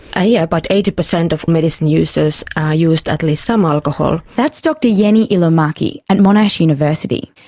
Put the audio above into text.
ah yeah but eighty percent of medicine users use at least some alcohol. that's dr jenni ilomaki at monash university.